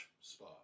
spa